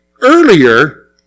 earlier